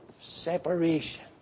separation